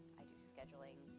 i do scheduling,